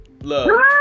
look